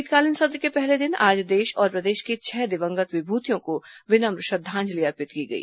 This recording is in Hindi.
शीतकालीन सत्र के पहले दिन आज देश और प्रदेश की छह दिवंगत विभूतियों को विनम्र श्रद्दांजलि अर्पित की गई